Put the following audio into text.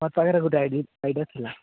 ମୋର୍ ପାଖରେ ଗୋଟେ ଆଇଡିଆ ଥିଲା